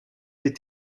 des